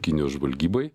kinijos žvalgybai